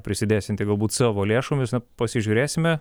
prisidėsianti galbūt savo lėšomis pasižiūrėsime